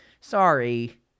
sorry